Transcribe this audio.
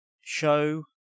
show